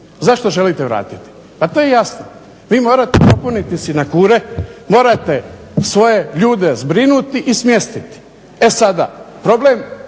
Zašto želite vratiti? Pa to je jasno, vi morate napuniti sinekure, morate svoje ljude zbrinuti i smjestiti. E sada problem